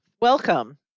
Welcome